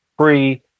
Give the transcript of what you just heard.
free